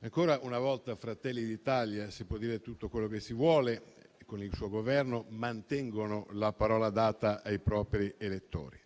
ancora una volta Fratelli d'Italia - si può dire tutto quello che si vuole - e il suo Governo mantengono la parola data ai propri elettori.